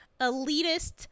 elitist